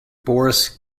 boris